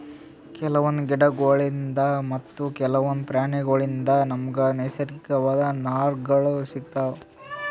ಕೆಲವೊಂದ್ ಗಿಡಗೋಳ್ಳಿನ್ದ್ ಮತ್ತ್ ಕೆಲವೊಂದ್ ಪ್ರಾಣಿಗೋಳ್ಳಿನ್ದ್ ನಮ್ಗ್ ನೈಸರ್ಗಿಕವಾಗ್ ನಾರ್ಗಳ್ ಸಿಗತಾವ್